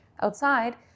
outside